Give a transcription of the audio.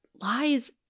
lies